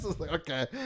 Okay